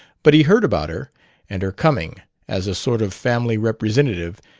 but he heard about her and her coming, as a sort of family representative,